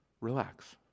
relax